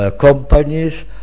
companies